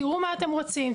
תראו מה אתם רוצים.